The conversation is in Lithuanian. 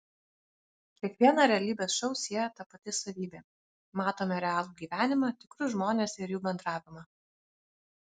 kiekvieną realybės šou sieja ta pati savybė matome realų gyvenimą tikrus žmones ir jų bendravimą